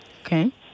Okay